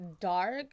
dark